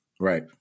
right